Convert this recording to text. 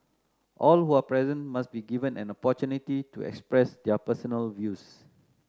all who are present must be given an opportunity to express their personal views